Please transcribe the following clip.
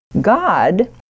God